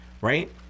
right